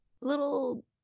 little